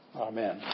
Amen